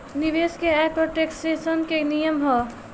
निवेश के आय पर टेक्सेशन के नियम का ह?